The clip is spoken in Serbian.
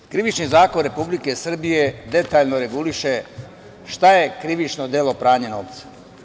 Naime, Krivični zakon Republike Srbije detaljno reguliše šta je krivično delo pranja novca.